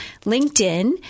LinkedIn